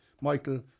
Michael